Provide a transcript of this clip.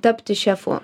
tapti šefu